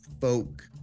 folk